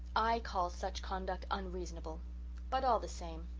i call such conduct unreasonable but all the same,